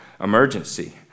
emergency